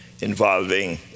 involving